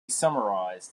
summarized